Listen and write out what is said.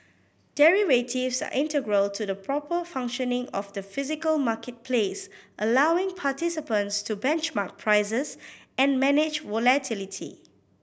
derivatives are integral to the proper functioning of the physical marketplace allowing participants to benchmark prices and manage volatility